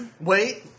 Wait